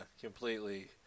completely